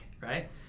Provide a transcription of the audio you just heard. right